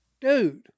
Dude